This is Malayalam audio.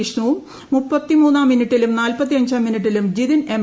വിഷ്ണുവും മുപ്പത്തിമൂന്നാം മിനുട്ടിലും നാൽപത്തിയഞ്ചാം മിനുട്ടിലും ജിതിൻ എം